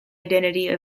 identity